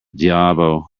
diabo